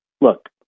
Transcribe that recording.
look